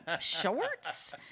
shorts